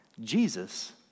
Jesus